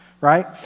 right